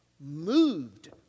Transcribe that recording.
moved